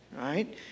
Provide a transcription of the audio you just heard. right